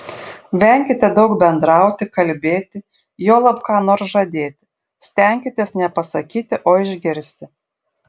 venkite daug bendrauti kalbėti juolab ką nors žadėti stenkitės ne pasakyti o išgirsti